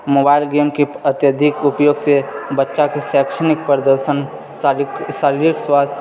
mobile गेमके अत्यधिक उपयोग से बच्चाके शैक्षणिक प्रदर्शन शारीरिक स्वास्थ्य